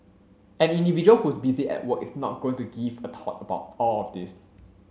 an individual who's busy at work is not going to give a thought about all of this